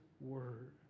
word